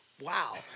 wow